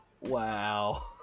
wow